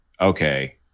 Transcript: okay